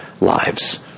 lives